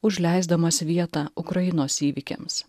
užleisdamas vietą ukrainos įvykiams